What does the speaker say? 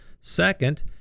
Second